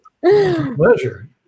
Pleasure